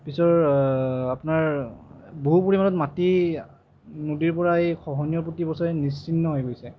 পিছৰ আপোনাৰ বহু পৰিমাণত মাটি নদীৰ পৰা খহনীয়াই প্ৰতিবছৰে নিশ্চিহ্ন হৈ গৈছে